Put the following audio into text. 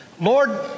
Lord